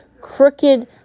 Crooked